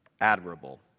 admirable